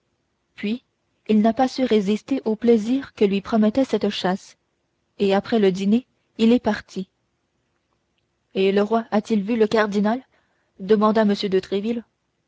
puis il n'a pas su résister au plaisir que lui promettait cette chasse et après le dîner il est parti et le roi a-t-il vu le cardinal demanda m de tréville